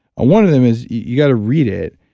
ah one of them is you got to read it,